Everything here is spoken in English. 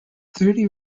thirty